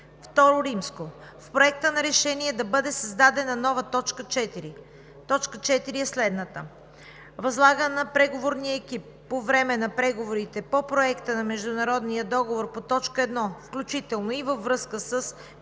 група. II. В Проекта на решение да бъде създадена нова т. 4: „4. Възлага на преговорния екип по време на преговорите по Проекта на международния договор по т. 1, включително и във връзка с